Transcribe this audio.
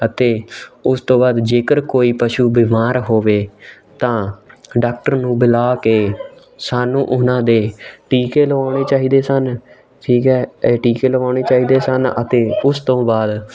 ਅਤੇ ਉਸ ਤੋਂ ਬਾਅਦ ਜੇਕਰ ਕੋਈ ਪਸ਼ੂ ਬਿਮਾਰ ਹੋਵੇ ਤਾਂ ਡਾਕਟਰ ਨੂੰ ਬੁਲਾ ਕੇ ਸਾਨੂੰ ਉਹਨਾਂ ਦੇ ਟੀਕੇ ਲਗਾਉਣੇ ਚਾਹੀਦੇ ਸਨ ਠੀਕ ਹੈ ਟੀਕੇ ਲਵਾਉਣੇ ਚਾਹੀਦੇ ਸਨ ਅਤੇ ਉਸ ਤੋਂ ਬਾਅਦ